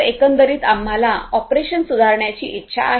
तर एकंदरीत आम्हाला ऑपरेशन्स सुधारण्याची इच्छा आहे